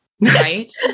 Right